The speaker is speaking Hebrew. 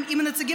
הצבעה.